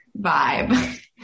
vibe